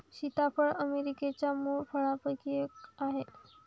सीताफळ अमेरिकेच्या मूळ फळांपैकी एक आहे